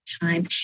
time